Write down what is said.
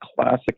classic